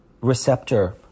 receptor